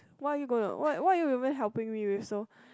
what are you gonna what what are you even helping me with so